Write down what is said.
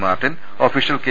Martin official K